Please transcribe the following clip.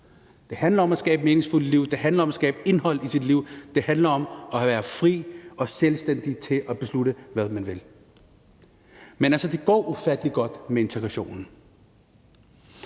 Det handler om at skabe meningsfulde liv; det handler om at skabe indhold i sit liv; det handler om at være fri og selvstændig i forhold til at beslutte, hvad man vil. Men altså, det går ufattelig godt med integrationen.